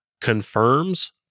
confirms